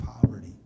poverty